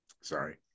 Sorry